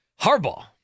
Harbaugh